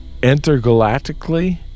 intergalactically